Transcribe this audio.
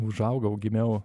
užaugau gimiau